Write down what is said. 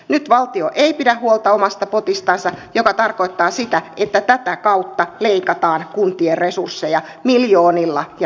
nyt valtio ei pidä huolta omasta potistansa mikä tarkoittaa sitä että tätä kautta leikataan kuntien resursseja miljoonilla ja miljoonilla